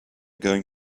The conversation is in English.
going